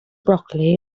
broccoli